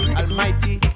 almighty